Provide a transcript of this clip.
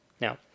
now